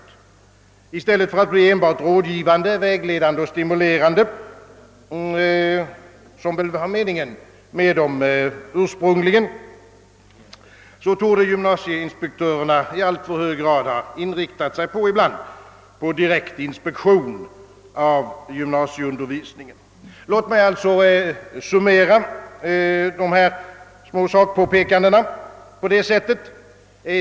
I stället för att bli en enbart rådgivande, vägledande och stimulerande uppgift» — vilket väl var den ursprungliga avsikten — »torde gymnasieinspektörernas verksamhet i alltför hög grad» ha inriktats på direkt inspektion av gymnasieundervisningen. Låt mig summera dessa små sakpåpekanden på följande sätt.